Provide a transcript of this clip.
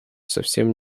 совсем